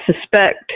suspect